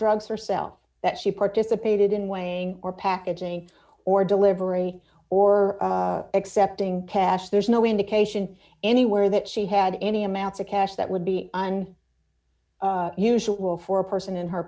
drugs herself that she participated in weighing or packaging or delivery or accepting cash there's no indication anywhere that she had any amounts of cash that would be on usual for a person in her